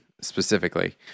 specifically